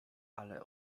ale